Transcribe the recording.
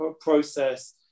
process